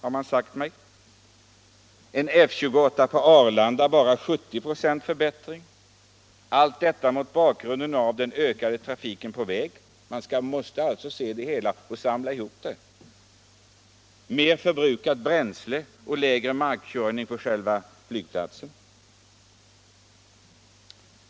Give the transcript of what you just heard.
En F-28 på Arlanda ger bara 70 96 förbättring, allt detta mot bakgrunden av den ökade trafiken på vägarna, mer förbrukat bränsle och längre markkörning på själva flygplatsen. Man måste lägga ihop alla dessa olägenheter.